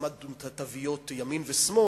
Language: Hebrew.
הצמדנו את התוויות ימין ושמאל,